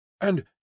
And